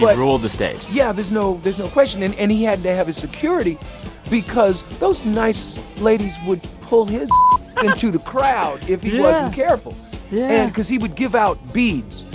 but ruled the stage yeah, there's there's no question. and and he had to have his security because those nice ladies would pull his into the crowd if he wasn't careful yeah and because he would give out beads.